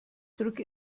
drücke